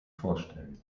vorstellen